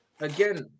again